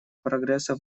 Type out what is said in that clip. прогресса